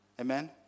Amen